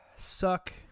suck